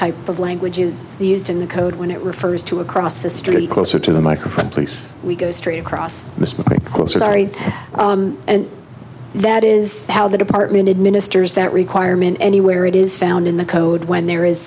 kind of language is used in the code when it refers to across the street closer to the microphone place we go straight across closer dari and that is how the department administers that requirement anywhere it is found in the code when there is